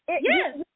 Yes